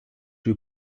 you